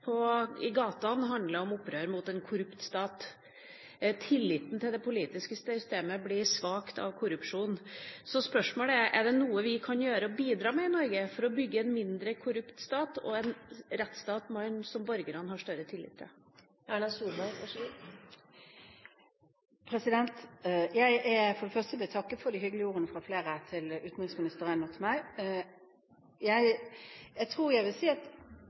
i gatene om opprør mot en korrupt stat – tilliten til det politiske systemet blir svakt av korrupsjon. Da er spørsmålet mitt: Er det noe vi kan bidra med i Norge for å bygge en mindre korrupt stat og en rettsstat som borgerne har større tillit til? For det første vil jeg takke for de hyggelige ordene fra flere til utenriksministeren og til meg. Jeg tror jeg vil si at